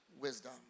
wisdom